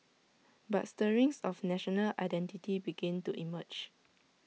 but stirrings of national identity began to emerge